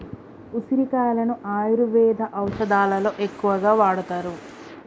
ఉసిరికాయలను ఆయుర్వేద ఔషదాలలో ఎక్కువగా వాడుతారు